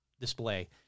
display